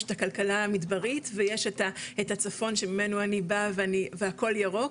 יש את הכלכלה המדברית ויש את הצפון שממנו אני באה והכול ירוק